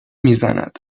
میزند